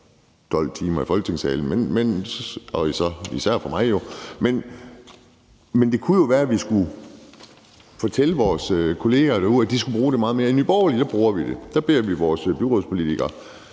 12 timer i Folketingssalen, især for mig, men det kunne jo være, at vi skulle fortælle vores kolleger derude, at de skulle bruge det meget mere. I Nye Borgerlige bruger vi det; der beder vi vores byrådspolitikere